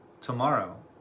tomorrow